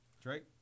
Drake